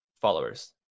followers